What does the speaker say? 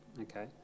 Okay